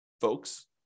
folks